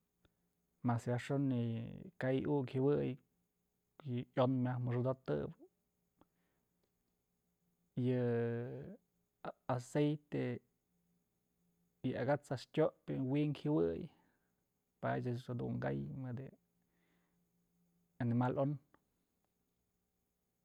Mas yajxon yë ka'ay ukyë jawey ko'o yë yon myaj mëxëdotëp yë aceite yë akat's a'ax tyopyë winkë jyëwëy padyëch dun kay mëdë yë animal on.